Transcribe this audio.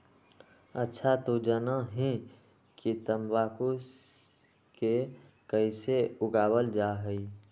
अच्छा तू जाना हीं कि तंबाकू के कैसे उगावल जा हई?